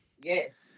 Yes